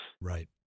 Right